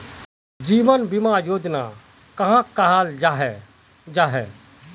जीवन बीमा योजना कहाक कहाल जाहा जाहा?